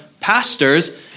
pastors